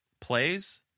plays